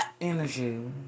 Energy